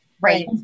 right